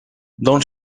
don’t